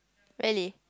really